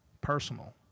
personal